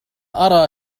أرى